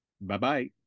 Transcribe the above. Bye-bye